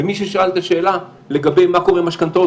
ומי ששאל את השאלה לגבי מה קורה עם משכנתאות